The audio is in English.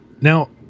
now